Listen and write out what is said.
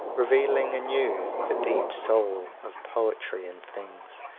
revealing anew the deep soul of poetry in things,